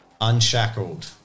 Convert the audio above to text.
Unshackled